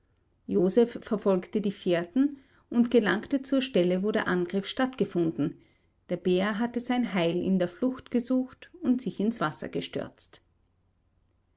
joseph verfolgte die fährten und gelangte zur stelle wo der angriff stattgefunden der bär hatte sein heil in der flucht gesucht und sich ins wasser gestürzt